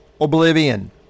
Oblivion